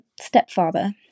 stepfather